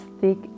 thick